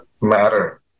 matter